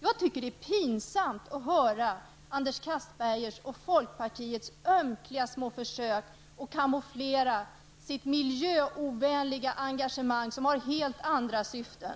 Jag tycker att det är pinsamt att höra Anders Castbergers och folkpartiets ömkliga små försök att kamouflera sitt miljöovänliga engagemang, som har helt andra syften.